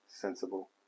sensible